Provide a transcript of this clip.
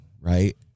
right